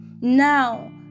Now